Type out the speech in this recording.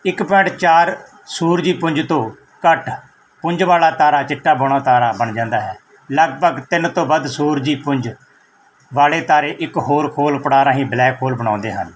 ਇੱਕ ਪੁਆਇੰਟ ਚਾਰ ਸੂਰਜੀ ਪੁੰਜ ਤੋਂ ਘੱਟ ਪੁੰਜ ਵਾਲਾ ਤਾਰਾ ਚਿੱਟਾ ਬੌਣਾ ਤਾਰਾ ਬਣ ਜਾਂਦਾ ਹੈ ਲਗਭਗ ਤਿੰਨ ਤੋਂ ਵੱਧ ਸੂਰਜੀ ਪੁੰਜ ਵਾਲੇ ਤਾਰੇ ਇੱਕ ਹੋਰ ਖੋਲ ਪੜਾਅ ਰਾਹੀਂ ਬਲੈਕ ਹੋਲ ਬਣਾਉਂਦੇ ਹਨ